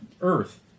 earth